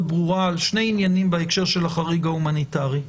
ברורה על שני עניינים בהקשר של החריג ההומניטרי.